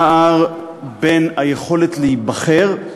פער בין היכולת להיבחר,